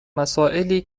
مسائلی